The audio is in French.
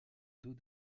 dos